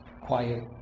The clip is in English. quiet